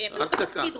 הם לא בתפקיד רובוט,